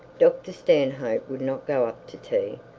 dr stanhope would not go up to tea,